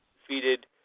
defeated